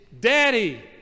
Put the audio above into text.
daddy